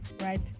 right